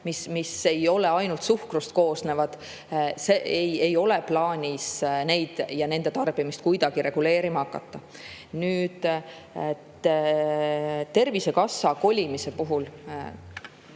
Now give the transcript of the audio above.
ega ole ainult suhkrust koosnevad – ei ole plaanis nende tarbimist kuidagi reguleerima hakata. Nüüd Tervisekassa kolimisest.